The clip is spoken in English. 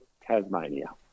Tasmania